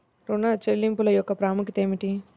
ఋణ చెల్లింపుల యొక్క ప్రాముఖ్యత ఏమిటీ?